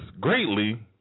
greatly